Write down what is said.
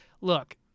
look